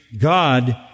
God